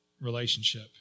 relationship